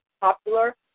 popular